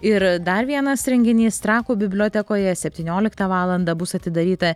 ir dar vienas renginys trakų bibliotekoje septynioliktą valandą bus atidaryta